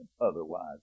otherwise